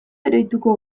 oroituko